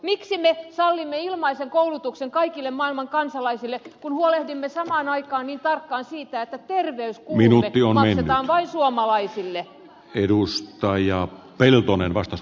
miksi me sallimme ilmaisen koulutuksen kaikille maailman kansalaisille kun huolehdimme samaan aikaan niin tarkkaan siitä että terveyskulut maksetaan vain suomalaisille edus tai ao pelkonen vastasi